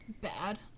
Bad